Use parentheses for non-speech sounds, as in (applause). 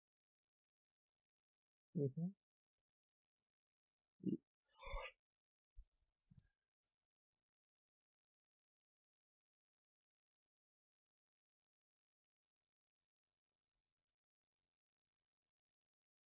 mmhmm (breath)